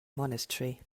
monastery